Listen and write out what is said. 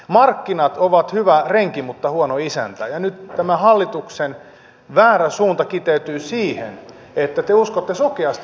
markkinat ovat hyvä renki mutta huono isäntä ja nyt tämä hallituksen väärä suunta kiteytyy siihen että te uskotte sokeasti markkinavoimiin eri sektoreilla